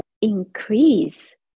increase